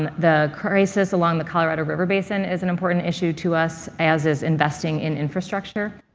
and the crisis along the colorado river basin is an important issue to us, as is investing in infrastructure.